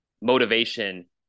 motivation